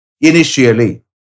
initially